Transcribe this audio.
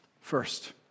First